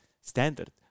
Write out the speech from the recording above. standard